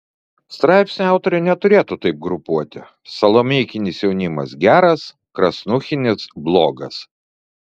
straipsnio autorė neturėtų taip grupuoti salomeikinis jaunimas geras krasnuchinis blogas